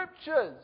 Scriptures